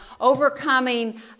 overcoming